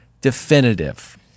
definitive